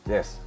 Yes